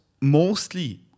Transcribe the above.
mostly